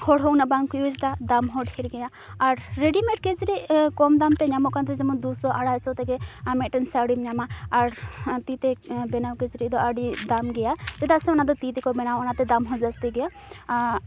ᱦᱚᱲᱦᱚᱸ ᱩᱱᱟᱹᱜ ᱵᱟᱝᱠᱚ ᱤᱭᱩᱡᱽ ᱮᱫᱟ ᱫᱟᱢᱦᱚᱸ ᱰᱷᱮᱨ ᱜᱮᱭᱟ ᱟᱨ ᱨᱮᱰᱤᱢᱮᱰ ᱠᱤᱪᱨᱤᱡᱽ ᱠᱚᱢ ᱫᱟᱢᱛᱮ ᱧᱟᱢᱚᱜ ᱠᱟᱱᱛᱮ ᱫᱩᱥᱚ ᱟᱲᱟᱭᱥᱚ ᱛᱮᱜᱮ ᱟᱨ ᱢᱤᱫᱴᱟᱝ ᱥᱟᱲᱤᱢ ᱧᱟᱢᱟ ᱟᱨ ᱛᱤᱛᱮ ᱵᱮᱱᱟᱣ ᱠᱤᱪᱨᱤᱡᱽ ᱫᱚ ᱟᱹᱰᱤ ᱫᱟᱢ ᱜᱮᱭᱟ ᱪᱮᱫᱟᱜ ᱥᱮ ᱚᱱᱟᱫᱚ ᱛᱤᱛᱮᱠᱚ ᱵᱮᱱᱟᱣ ᱚᱱᱟᱛᱮ ᱫᱟᱢ ᱦᱚᱸ ᱡᱟᱹᱥᱛᱤ ᱜᱮᱭᱟ ᱟᱨ